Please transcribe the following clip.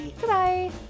Goodbye